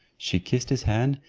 she kissed his hand,